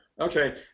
Okay